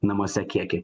namuose kiekį